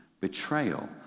betrayal